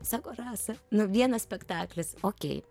sako rasa nu vienas spektaklis ok